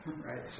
right